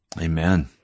Amen